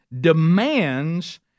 demands